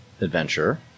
adventure